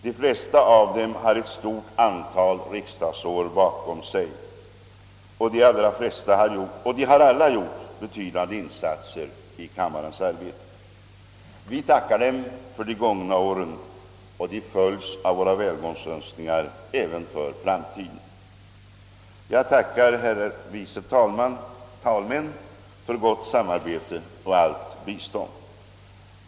De flesta av dem har ett stort antal riksdagsår bakom sig, och de har alla gjort betydande insatser i' kammarens arbete. Vi tackar dem för de gångna åren, och de följs av våra välgångsönskningar även för framtiden. Jag tackar herrar vice talmän för gott samarbete och allt bistånd.